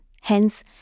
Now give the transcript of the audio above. Hence